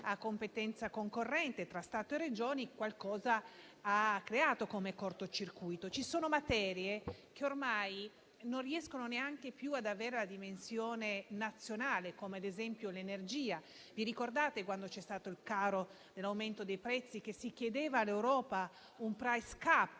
a competenza concorrente tra Stato e Regioni, ha creato qualche cortocircuito. Sono materie che ormai non riescono neanche più ad avere la dimensione nazionale, come ad esempio l'energia. Ricordate quando c'è stato l'aumento dei prezzi e si chiedeva all'Europa un *price cap*